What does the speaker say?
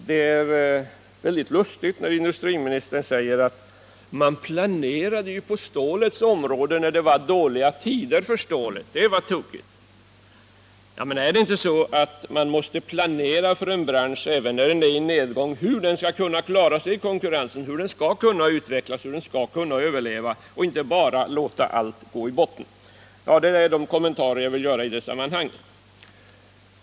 Det är väldigt lustigt när industriministern säger: Man planerade på stålets område när det var dåliga tider för stålet — det var tokigt. Är det inte så att man måste planera för en bransch, även när den är i nedgång — planera hur den skall kunna klara sig i konkurrensen, kunna utvecklas och överleva — och inte bara låta allt gå i botten? Detta är de kommentarer jag vill göra i det här sammanhanget.